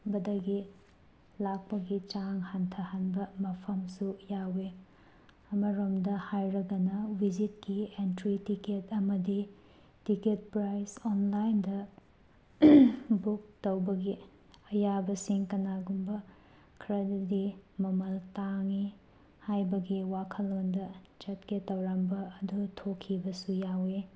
ꯕꯗꯒꯤ ꯂꯥꯛꯄꯒꯤ ꯆꯥꯡ ꯍꯟꯊꯍꯟꯕ ꯃꯐꯝꯁꯨ ꯌꯥꯎꯋꯤ ꯑꯃꯔꯣꯝꯗ ꯍꯥꯏꯔꯒꯅ ꯚꯤꯁꯤꯠꯀꯤ ꯑꯦꯟꯇ꯭ꯔꯤ ꯇꯤꯀꯦꯠ ꯑꯃꯗꯤ ꯇꯤꯀꯦꯠ ꯄ꯭ꯔꯥꯏꯖ ꯑꯣꯟꯂꯥꯏꯟꯗ ꯕꯨꯛ ꯇꯧꯕꯒꯤ ꯑꯌꯥꯕꯁꯤꯡ ꯀꯅꯥꯒꯨꯝꯕ ꯈꯔꯗꯗꯤ ꯃꯃꯜ ꯇꯥꯡꯉꯤ ꯍꯥꯏꯕꯒꯤ ꯋꯥꯈꯜꯂꯣꯟꯗ ꯆꯠꯀꯦ ꯇꯧꯔꯝꯕ ꯑꯗꯨ ꯊꯣꯛꯈꯤꯕꯗꯨ ꯌꯥꯎꯋꯤ